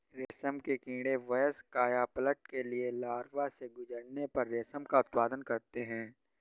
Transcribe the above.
रेशम के कीड़े वयस्क कायापलट के लिए लार्वा से गुजरने पर रेशम का उत्पादन करते हैं